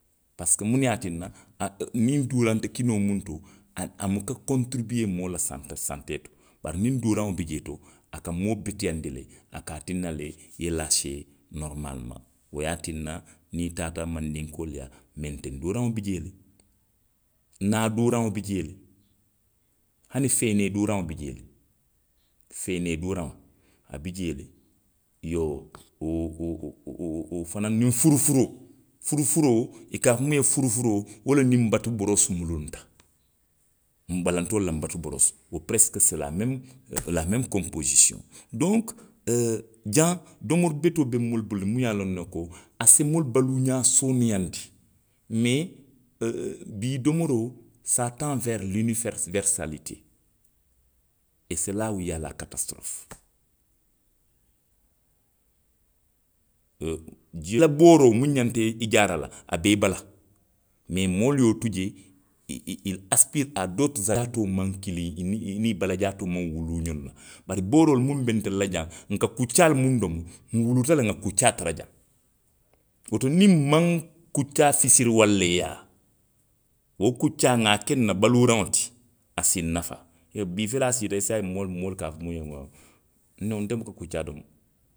Parisiko muŋ ne ye a tinna, a, niŋ duuraŋ te kinoo muŋ to. a, a muka kontiribiyee moo la santi, santee to. Bari niŋ duuraŋo bi jee to, a ka moo beteyaandi le, a ka a tinna le i ye laasee norimaalomaŋ, wo ye a tinna, niŋ i taata mandinkoolu yaa. menteŋ duuraŋo bi jee le. hani feenee duuraŋo bi jee le. Feenee duuraŋo, a bi jee le. Iyoo, wo, o. o. o. o, furufuroo, furufuroo, i ka a fo muŋ ye furufuroo. wo le niŋ nbatuburosi mulunta. Balantoolu la nbatuburosi, wo peresiko see la memu, la memu konpoosisiyoŋo. Donku, jaŋ domori betoo be moolu bulule muŋ ye a loŋ ne ko a si moolu baluuňaa sooneyaandi, mee, oo. oo bii domoroo, saa taŋ weeri linifeeri. werisiyaalitee. E see laa uu iliyaa la katasitorofu. Oo jii la booroo muŋ xanta i jaara la, a be i bala. mee moolu ye wo tu jee, i. i. i ili asipiiri a dooturu maŋ kiliŋ, i, i niŋ i balajaatoo maŋ wuluu ňoŋ na. Bari booroolu munnu be ntelu la jaŋ, nka kuccaalu munnu domo. nwuluuta le nŋa kuccaa tara jaŋ. Woto niŋ nmaŋ kuccaa fisiriwalleeyaa. wo kuccaa nŋa a ke nna baluuraŋo ti, a si nnafaa. E, bii fele a siita, saayiŋ moolu, moolu ka a fo muŋ ye, oo, nna woo nte buka kuccaa domo.